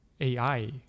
AI